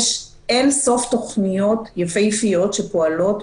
יש אין ספור תוכניות יפהפיות שפועלות,